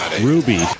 Ruby